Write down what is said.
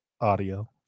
audio